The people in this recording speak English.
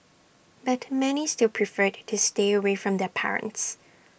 but many still preferred to stay away from their parents